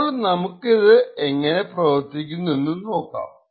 ഇപ്പോൾ നമുക്കിത് എങ്ങനെ പ്രവർത്തിക്കുന്നു എന്ന് നോക്കാം